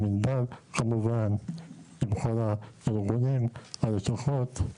עם ענבל כמובן, עם כל הארגונים, הלשכות.